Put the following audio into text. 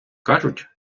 кажуть